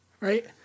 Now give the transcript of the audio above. right